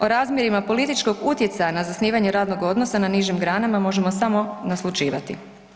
O razmjerima političkog utjecaja na zasnivanje radnog odnosa na nižim granama možemo samo naslućivati.